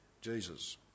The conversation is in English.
Jesus